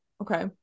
Okay